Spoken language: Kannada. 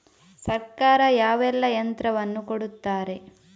ಸರ್ಕಾರ ಯಾವೆಲ್ಲಾ ಯಂತ್ರವನ್ನು ಕೊಡುತ್ತಾರೆ?